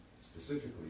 specifically